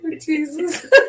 Jesus